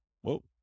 Whoa